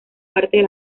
parte